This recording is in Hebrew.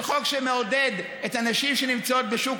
זה חוק שמעודד את הנשים שנמצאות בשוק